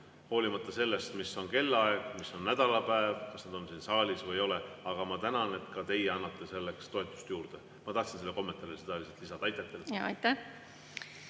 hoolimata sellest, mis on kellaaeg, mis on nädalapäev, kas nad on siin saalis või ei ole. Aga ma tänan, et ka teie annate selleks toetust juurde. Ma tahtsin lihtsalt selle kommentaari lisada. Aitäh!